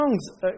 songs